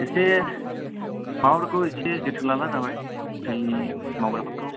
एसे माबाफोरखौ एसे जोथोन लाबानो जाबाय हथेलनि मावग्राफोरखौ